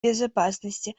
безопасности